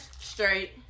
straight